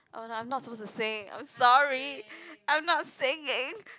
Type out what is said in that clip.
oh no I not supposed to sing I'm sorry I'm not singing